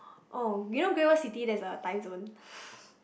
oh you know Great-World-City there's a timezone